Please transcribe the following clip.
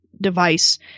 device